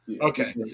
Okay